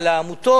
על העמותות,